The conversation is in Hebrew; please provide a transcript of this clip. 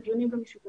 יש דיונים ביוטיוב